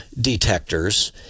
detectors